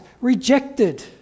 rejected